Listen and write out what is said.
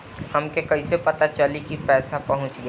हमके कईसे पता चली कि पैसा पहुच गेल?